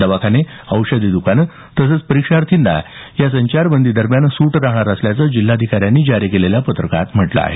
दवाखाने औषधी दुकाने तसंच परीक्षार्थ्यांना या संचारबंदी दरम्यान सूट राहणार असल्याचं जिल्हाधिकाऱ्यांनी जारी केलेल्या पत्रकात म्हटलं आहे